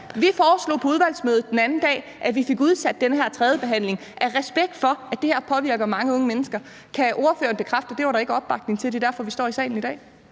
Vi foreslog på udvalgsmødet den anden dag, at vi fik udsat den her tredjebehandling, i respekt for at det her påvirker mange unge mennesker. Kan ordføreren bekræfte, at det var der ikke opbakning til, og at det er derfor, vi står i salen i dag?